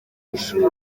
ishuri